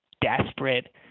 desperate